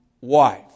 wife